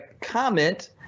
comment